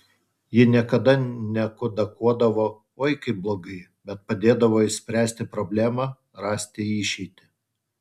ji niekada nekudakuodavo oi kaip blogai bet padėdavo išspręsti problemą rasti išeitį